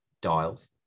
dials